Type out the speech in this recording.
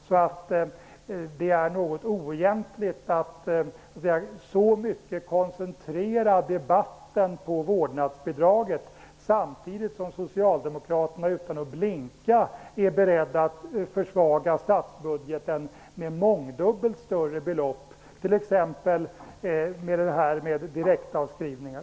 Det är därför något oegentligt att så mycket koncentrera debatten på vårdnadsbidraget, samtidigt som socialdemokraterna utan att blinka är beredda att försvaga statsbudgeten med mångfaldigt större belopp, t.ex. genom införande av direktavskrivningar.